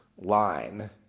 line